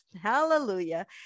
Hallelujah